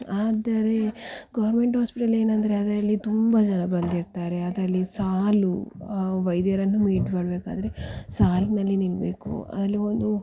ಆದರೆ ಗೋರ್ಮೆಂಟ್ ಹಾಸ್ಪಿಟಲೇನಂದರೆ ಅದರಲ್ಲಿ ತುಂಬ ಜನ ಬಂದಿರ್ತಾರೆ ಅದರಲ್ಲಿ ಸಾಲು ವೈದ್ಯರನ್ನು ಮೀಟ್ ಮಾಡಬೇಕಾದ್ರೆ ಸಾಲಿನಲ್ಲಿ ನಿಲ್ಲಬೇಕು ಅದರಲ್ಲಿ ಒಂದು